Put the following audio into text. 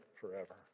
forever